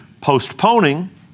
postponing